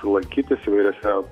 lankytis įvairiose